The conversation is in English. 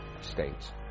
states